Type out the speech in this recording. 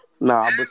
Nah